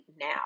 now